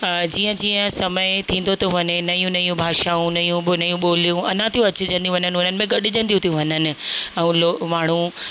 जीअं जीअं समय थींदो थो वञे नयूं नयूं भाषाऊं नयूं बि नयूं ॿोलियूं अञा थियूं अचजंदियूं वञनि हुननि में गॾिजंदी थियूं वञनि ऐं लाइ माण्हू